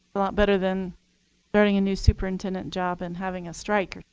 a lot better than learning a new superintendent job and having a strike